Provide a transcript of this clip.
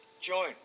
Join